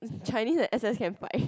Chinese and S_S can fight